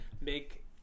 make